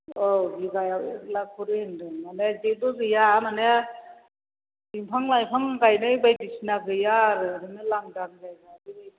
औ बिगायाव एक लाखकरि होन्दों माने जेबो गैया माने बिफां लाइफां गायनाय बायदिसिना गैया आरो ओरैनो लांदां जायगा बेबायदिनो